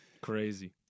Crazy